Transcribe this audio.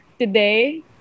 today